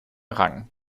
rang